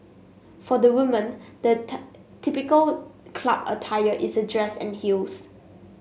for the women the typical club attire is a dress and heels